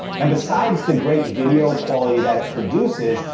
and besides the great video quality that it produces,